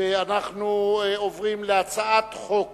ואנחנו עוברים להצעת חוק